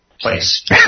place